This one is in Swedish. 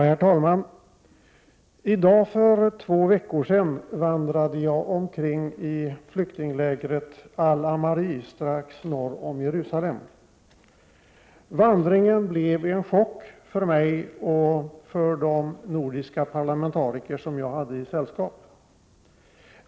Herr talman! För två veckor sedan vandrade jag omkring i flyktinglägret Al Amarih strax norr om Jerusalem. Vandringen blev en chock för mig och för de nordiska parlamentariker som jag hade i sällskap.